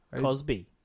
Cosby